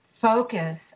focus